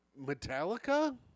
metallica